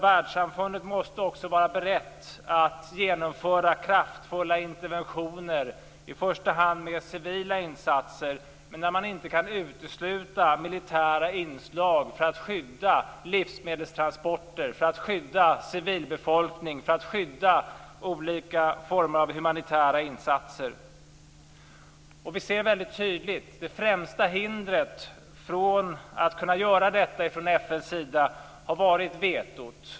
Världssamfundet måste också vara berett att genomföra kraftfulla interventioner i första hand med civila insatser, men vi kan inte utesluta militära inslag för att skydda livsmedelstransporter, för att skydda civilbefolkning och för att skydda olika former av humanitära insatser. Vi ser väldigt tydligt att det främsta hindret för att kunna göra detta från FN:s sida har varit vetot.